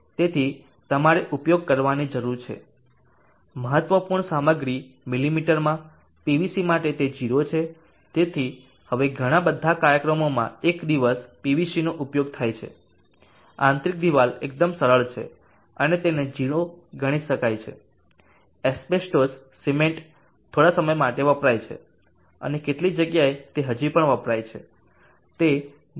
તેથી તમારે ઉપયોગ કરવાની જરૂર છે મહત્વપૂર્ણ સામગ્રી મીમીમાં પીવીસી માટે તે 0 છે તેથી હવે ઘણા બધા કાર્યક્રમોમાં એક દિવસ પીવીસીનો ઉપયોગ થાય છે આંતરિક દિવાલ એકદમ સરળ છે તેને 0 તરીકે ગણી શકાય એસ્બેસ્ટોસ સિમેન્ટ હતું થોડો સમય વપરાય છે અને કેટલીક જગ્યાએ તે હજી પણ વપરાય છે તે 0